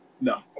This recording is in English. No